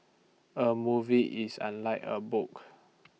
A movie is unlike A book